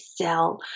sell